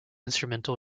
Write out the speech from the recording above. instrumental